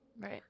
Right